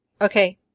Okay